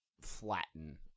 flatten